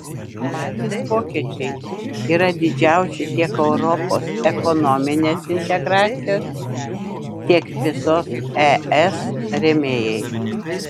patys vokiečiai yra didžiausi tiek europos ekonominės integracijos tiek visos es rėmėjai